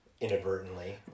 inadvertently